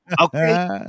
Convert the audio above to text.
okay